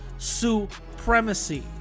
supremacy